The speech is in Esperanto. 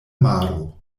maro